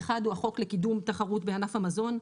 האחד הוא החוק לקידום תחרות בענף המזון.